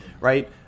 right